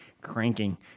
cranking